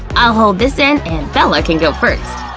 i'll hold this end and bella can go first.